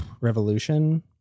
Revolution